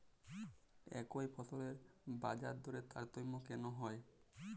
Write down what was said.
একই ফসলের বাজারদরে তারতম্য কেন হয়?